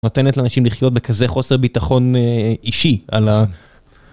נותנת לאנשים לחיות בכזה חוסר ביטחון אישי על ה...